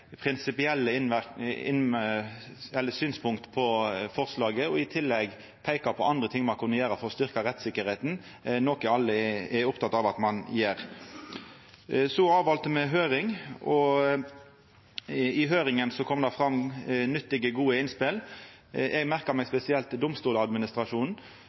prinsipielle synspunkt på forslaget og i tillegg peika på andre ting ein kunne gjere for å styrkja rettstryggleiken, noko alle er opptekne av at ein gjer. Deretter hadde me ei høyring. I høyringa kom det fram nyttige, gode innspel. Eg merka meg